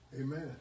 Amen